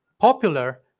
popular